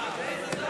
נתקבל.